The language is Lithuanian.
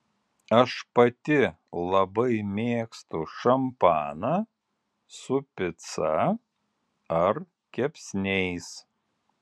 aš pati labai mėgstu šampaną su pica ar kepsniais